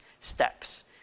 steps